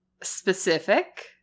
specific